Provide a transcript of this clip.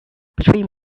between